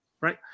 right